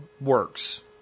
works